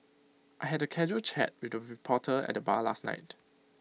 I had A casual chat with A reporter at the bar last night